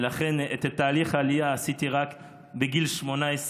ולכן את תהליך העלייה עשיתי רק בגיל 18,